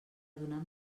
donar